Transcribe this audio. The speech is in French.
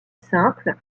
simple